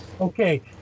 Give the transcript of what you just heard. Okay